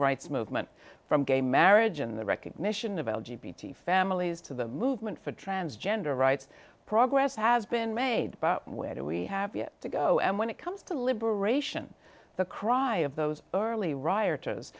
rights movement from gay marriage in the recognition of l g b t families to the movement for transgender rights progress has been made where we have yet to go and when it comes to liberation the cry of those early rioters